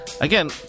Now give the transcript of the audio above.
Again